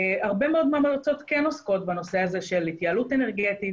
הרבה מאוד מהמועצות כן עוסקות בנושא הזה של התייעלות אנרגטית,